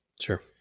Sure